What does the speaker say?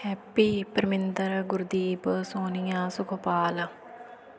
happy Parminder Gurdeep Sonia Sukhpal